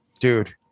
dude